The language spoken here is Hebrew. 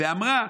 ואמרה: